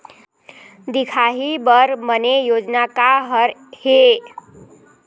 दिखाही बर बने योजना का हर हे?